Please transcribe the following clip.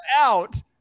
out